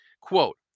Quote